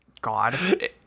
God